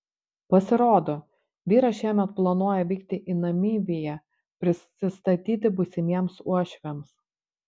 pasirodo vyras šiemet planuoja vykti į namibiją prisistatyti būsimiems uošviams